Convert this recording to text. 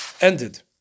ended